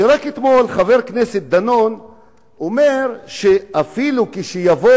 רק אתמול חבר כנסת דנון אמר שאפילו כשיבוא